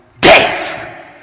death